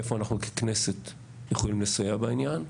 איפה אנחנו ככנסת יכולים לסייע בעניין.